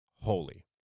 holy